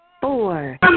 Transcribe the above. Four